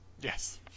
Yes